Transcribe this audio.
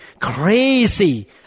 crazy